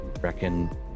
Reckon